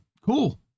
Cool